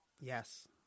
yes